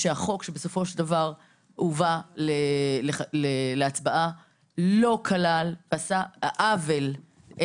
שהחוק שבסופו של דבר הובא להצבעה לא כלל ועשה עוול עם